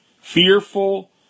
fearful